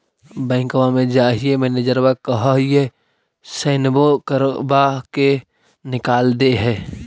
बैंकवा मे जाहिऐ मैनेजरवा कहहिऐ सैनवो करवा के निकाल देहै?